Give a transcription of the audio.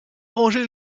rangé